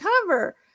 cover